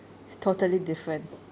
it's totally different